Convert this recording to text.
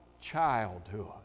childhood